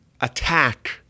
attack